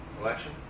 election